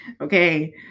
okay